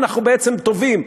אנחנו בעצם טובים,